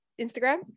Instagram